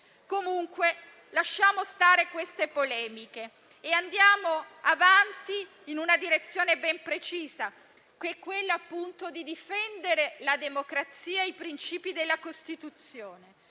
modo, lasciamo stare queste polemiche e andiamo avanti in una direzione ben precisa, che è quella di difendere la democrazia e i principi della Costituzione.